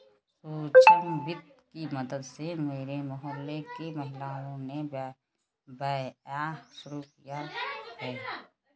सूक्ष्म वित्त की मदद से मेरे मोहल्ले की महिलाओं ने व्यवसाय शुरू किया है